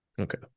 Okay